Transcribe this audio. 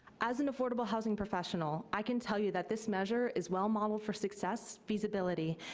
as an affordable housing professional, i can tell you that this measure is well modeled for success, feasibility,